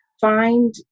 find